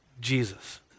Jesus